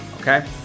Okay